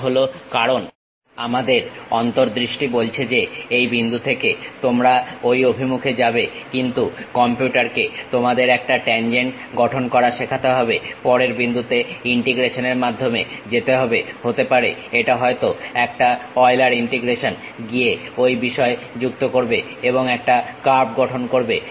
সেটা হলো কারণ আমাদের অন্তর্দৃষ্টি বলছে যে এই বিন্দু থেকে তোমরা ঐ অভিমুখে যাবে কিন্তু কম্পিউটারকে তোমাদের একটা ট্যানজেন্ট গঠন করা শেখাতে হবে পরের বিন্দুতে ইন্টিগ্রেশন এর মাধ্যমে যেতে হবে হতে পারে এটা হয়তো একটা অয়লার ইন্টিগ্রেশন গিয়ে ঐ বিষয়গুলো যুক্ত করবে এবং একটা কার্ভ গঠন করবে